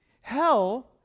Hell